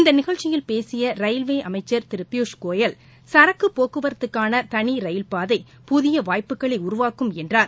இந்த நிகழ்ச்சியில் பேசிய ரயில்வே அமைச்சா் திரு பியூஷ் கோயல் சரக்கு போக்குவரத்துக்காள தனி ரயில்பாதை புதிய வாய்ப்புக்களை உருவாக்கும் என்றார்